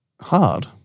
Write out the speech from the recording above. hard